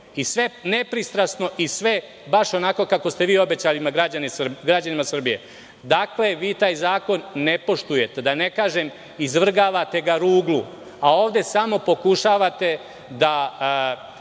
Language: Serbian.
i sve nepristrasno i sve baš kako ste vi obećali građanima Srbije. Dakle, vi taj zakon ne poštujete, da ne kažem, izvrgavate ga ruglu, a ovde samo pokušavate da